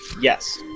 Yes